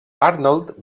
arnold